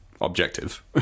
objective